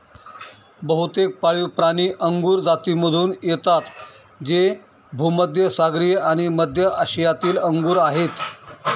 बहुतेक पाळीवप्राणी अंगुर जातीमधून येतात जे भूमध्य सागरीय आणि मध्य आशियातील अंगूर आहेत